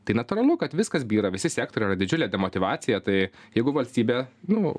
tai natūralu kad viskas byra visi sektoriai yra didžiulė demotyvacija tai jeigu valstybė nu